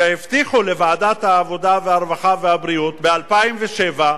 שהבטיחו לוועדת העבודה, הרווחה והבריאות ב-2007,